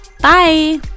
Bye